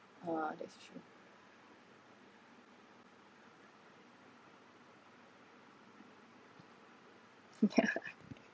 !wah! that's true